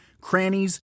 crannies